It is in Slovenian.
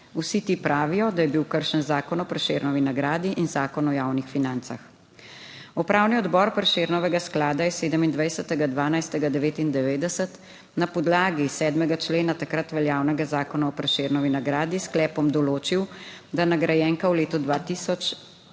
Vsi ti pravijo, da je bil kršen zakon o Prešernovi nagradi in Zakon o javnih financah. Upravni odbor Prešernovega sklada je 27. 12. 1999 na podlagi 7. člena takrat veljavnega Zakona o Prešernovi nagradi s sklepom določil, da nagrajenka v letu 2000